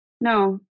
No